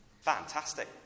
Fantastic